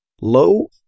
Low